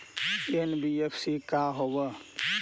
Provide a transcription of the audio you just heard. NBFC का होब?